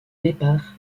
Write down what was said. départ